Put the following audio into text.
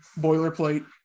boilerplate